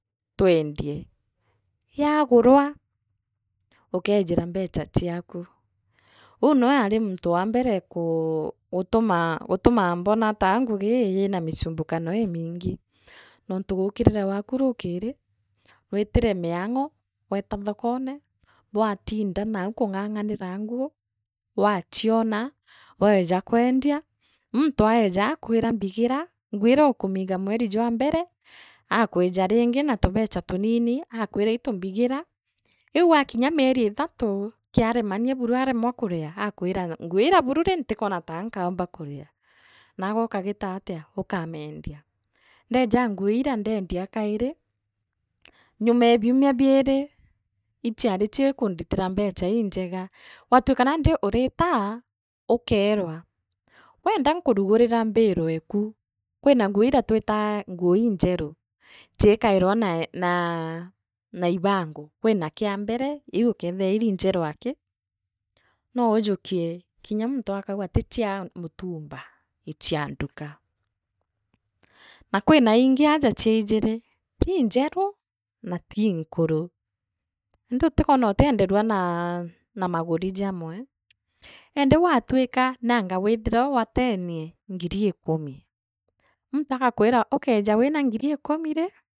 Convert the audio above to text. Tweendie, yaagurwa ukeejire mbecha chiaku, uu nwe an muntu waambire guu gutuma, gutuma mbona taa ngugii yina michumbukano imiingi nontu guukirira gwaku ruukiri, witire miang’o weeta thokore, bwatinda nau kung’ang’anira nguu wachionaa waeja kwendia, muntu aeja akwire mbigira. nguu iria ukumiiga mweri jwa mbele akwija nigi na tubecha tunini akwira ittu mbigira riu wakinya mieri ithatu kiaramania buru aremwa kuria aakwira nguu ina buru rii ntikwona taa nkoomba kuria naagwe ukagitaatia ukamiendia ndeeja aa nguu iria ndeendia kairi nyumee biumia biiri ukerwa nandi wenda nkurugurira mbaru eku kwira nguu iria twitaa nguu iinjeru chiikairwa naa na ibango kwina kia mbele iu ikeethiwa iri injeru aaki noujikie kirya muntu akauga tichia mutumba nichia nduka na kwina ingi aaja chia iijiri tiinjeru na tiinkuru indi utikwana utie utienderua naa maguri jamwe endi gwatwika nonga withiroogwatenie ngiri ikumi muntu agakwire ukeeja na ngiri ikumi rie.